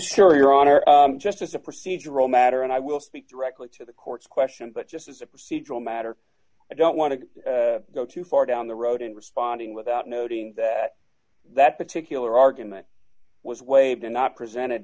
sure your honor just as a procedural matter and i will speak directly to the court's question but just as a procedural matter i don't want to go too far down the road in responding without noting that that particular argument was waived and not presented